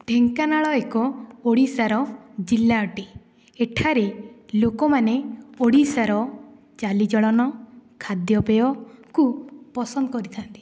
ଢେଙ୍କାନାଳ ଏକ ଓଡ଼ିଶାର ଜିଲ୍ଲା ଅଟେ ଏଠାରେ ଲୋକମାନେ ଓଡ଼ିଶାର ଚାଲିଚଳନ ଖାଦ୍ୟପେୟକୁ ପସନ୍ଦ କରିଥାନ୍ତି